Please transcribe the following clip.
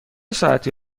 ساعتی